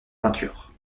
peinture